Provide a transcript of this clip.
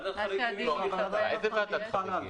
איזו ועדת חריגים?